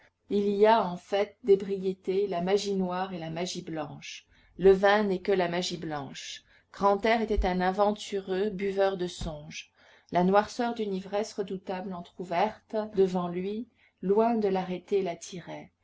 il y a en fait d'ébriété la magie noire et la magie blanche le vin n'est que la magie blanche grantaire était un aventureux buveur de songes la noirceur d'une ivresse redoutable entr'ouverte devant lui loin de l'arrêter